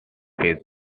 his